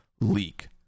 leak